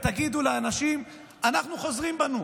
מה יקרה אם תעצרו ותגידו לאנשים: אנחנו חוזרים בנו,